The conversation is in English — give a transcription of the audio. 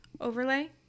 overlay